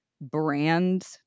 brand